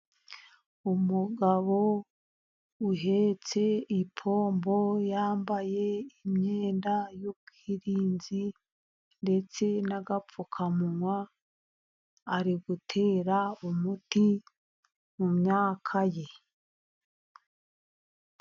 Umugabo uhetse ipombo yambaye imyenda y'ubwirinzi ndetse n'agapfukamunwa, ari gutera umuti mu myaka ye.